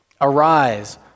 Arise